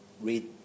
Read